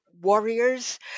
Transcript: warriors